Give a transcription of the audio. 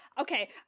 okay